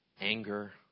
anger